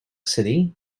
city